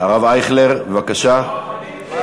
הרב אייכלר, בבקשה.